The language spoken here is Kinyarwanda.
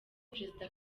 perezida